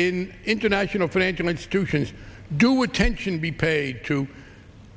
in international financial institutions do attention be paid to